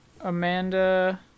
Amanda